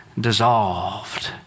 dissolved